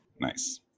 Nice